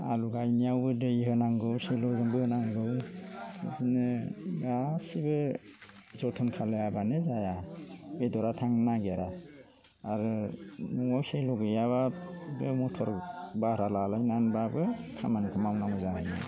आलु गायनायावबो दै होनांगौ सेल'जों बोनांगौ बिदिनो गासिबो जोथोन खालायाब्लानो जाया बेदरा थांनो नागेरा आरो नोंनाव सेल' गैयाब्ला मटर भारा लालायनानैब्लाबो खामानिखौ मावनांगौ